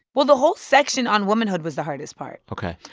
well, the whole section on womanhood was the hardest part. ok.